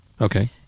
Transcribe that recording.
Okay